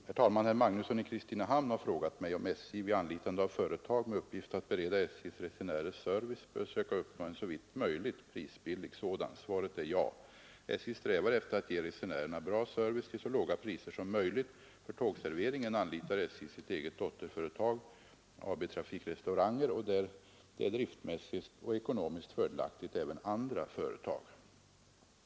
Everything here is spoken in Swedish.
Herr talman! Herr Magnusson i Kristinehamn har frågat mig om SJ, vid anlitande av företag med uppgift att bereda SJ:s resenärer service, bör söka uppnå en såvitt möjligt prisbillig sådan. Svaret är ja. SJ strävar efter att ge resenärerna bra service till så låga priser som möjligt. För tågserveringen anlitar SJ sitt eget dotterföretag AB Trafikrestauranger och där det är driftmässigt och ekonomiskt fördelaktigt även andra företag.